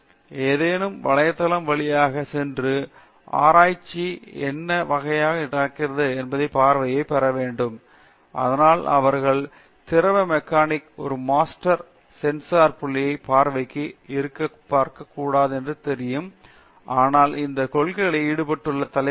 ஏதேனும் வலைத்தளம் வழியாக சென்று ஆராய்ச்சி என்ன வகையாக நடக்கிறது என்ற பார்வையை பெற வேண்டும் அதனால் அவர்கள் ஒரு திரவம் மெக்கானிக் ஒரு மாஸ்டர் சென்சார் புள்ளி பார்வையை இருந்து பார்க்க கூடாது என்று தெரியும் ஆனால் இந்த கொள்கைகளை ஈடுபட்டுள்ள தலைப்புகள் பாருங்கள்